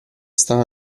sta